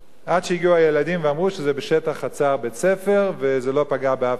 עד שהגיעו הילדים ואמרו שזה בשטח חצר בית-ספר וזה לא פגע באף אחד.